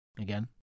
again